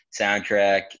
soundtrack